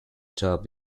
job